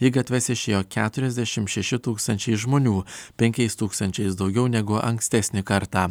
į gatves išėjo keturiasdešimt šeši tūkstančiai žmonių penkiais tūkstančiais daugiau negu ankstesnį kartą